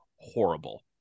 horrible